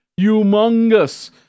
Humongous